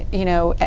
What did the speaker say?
you know,